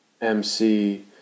MC